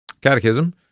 Catechism